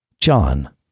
John